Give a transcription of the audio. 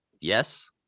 yes